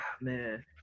Man